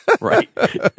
Right